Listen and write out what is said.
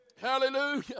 Hallelujah